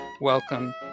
welcome